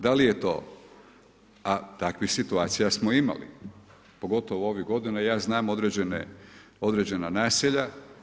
Da li je to, a takvih situacija smo imali, pogotovo ovih godina, ja znam određena naselja.